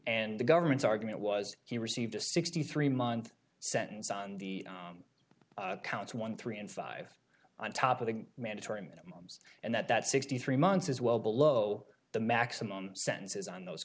and the government's argument was he received a sixty three month sentence on the counts one three and five on top of the mandatory minimums and that that sixty three months is well below the maximum sentence is on those